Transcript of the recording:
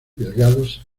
delgados